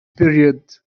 period